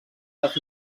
les